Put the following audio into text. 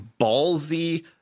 ballsy